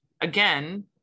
again